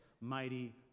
mighty